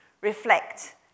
reflect